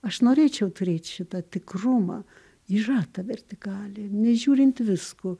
aš norėčiau turėt šitą tikrumą yra ta vertikalė nežiūrint visko